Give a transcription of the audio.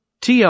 TR